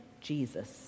Jesus